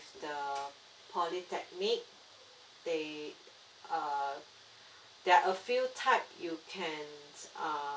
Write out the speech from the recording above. the polytechnic they err there are a few type you can err